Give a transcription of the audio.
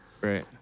Right